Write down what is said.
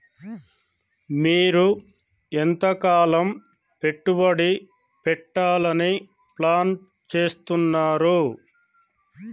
మీరు ఎంతకాలం పెట్టుబడి పెట్టాలని ప్లాన్ చేస్తున్నారు?